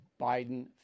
Biden